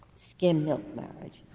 skim milk marriage.